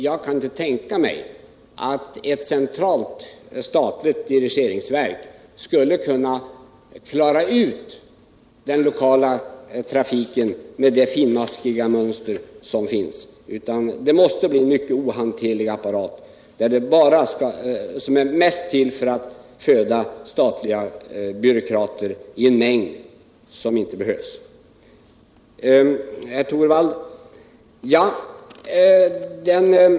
Jag kan inte tänka mig att ett centralt statligt dirigeringsverk skulle kunna lösa problemen med kollektivtrafiken med det finmaskiga mönster som finns, utan det måste bli en mycket ohanterlig apparat som mest är till för att föda statliga byråkrater i en mängd som inte behövs.